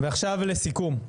ועכשיו לסיכום: